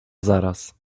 zaraz